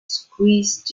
squeezed